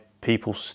people